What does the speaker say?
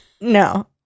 no